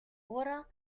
water